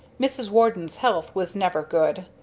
mrs. warden's health was never good,